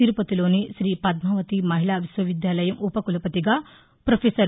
తిరుపతిలోని రీ పద్నావతి మహిళా విశ్వ విద్యాలయం ఉప కులపతిగా ప్రొఫెసర్